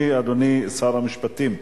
אני, אדוני שר המשפטים,